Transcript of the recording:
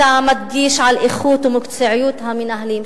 אתה מדגיש את האיכות והמקצועיות של המנהלים,